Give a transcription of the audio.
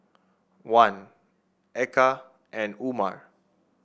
Wan Eka and Umar